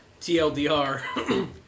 TLDR